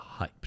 hyped